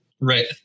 right